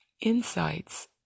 insights